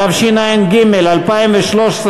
התשע"ג 2013,